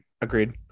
Agreed